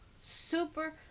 super